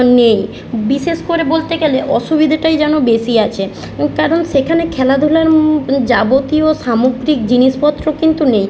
নেই বিশেষ করে বলতে গেলে অসুবিধেটাই যেন বেশি আছে কারণ সেখানে খেলাধুলার যাবতীয় সামগ্রীক জিনিসপত্র কিন্তু নেই